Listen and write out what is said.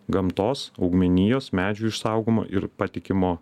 gamtos augmenijos medžių išsaugojimo ir patikimo